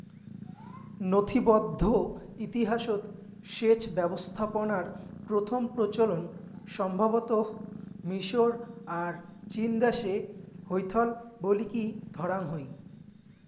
নথিবদ্ধ ইতিহাসৎ সেচ ব্যবস্থাপনার প্রথম প্রচলন সম্ভবতঃ মিশর আর চীনদেশে হইথল বলিকি ধরাং হই